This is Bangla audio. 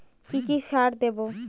কি কি সার দেবো?